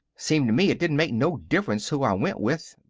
seemed to me it didn't make no difference who i went with,